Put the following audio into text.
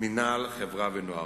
מינהל החברה והנוער.